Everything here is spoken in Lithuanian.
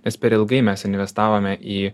nes per ilgai mes investavome į